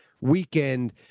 weekend